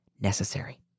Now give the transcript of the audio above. necessary